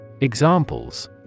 Examples